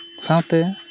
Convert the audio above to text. ᱥᱟᱶᱛᱮ